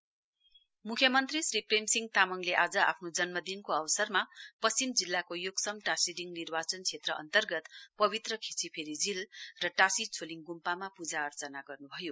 CM birthday म्ख्यमन्त्री श्री प्रेम सिंह तामाडले आज आफ्नो जन्मदिनको अवसरमा पश्चिम जिल्लाको योक्सम टाशीडिङ निर्वाचन क्षेत्र अन्तर्गत पवित्र खेचीपेरी झील र टाशी छोलिङ ग्म्पामा पूजा अर्चना गर्नुभयो